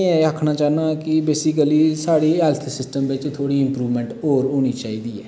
कन्नै में एह् आखना चाह्न्ना की बेसिकली साढ़ी हैल्थ सिस्टम बिच थोह्ड़ी मूवमेंट और होनी चाहिदी ऐ